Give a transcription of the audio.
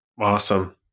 Awesome